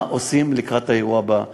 מה עושים לקראת האירוע הבא.